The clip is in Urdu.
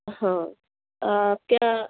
ہاں کیا